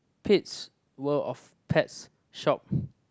Pits World of Pets shop